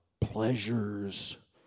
pleasures